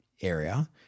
area –